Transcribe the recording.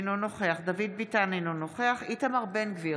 אינו נוכח דוד ביטן, אינו נוכח איתמר בן גביר,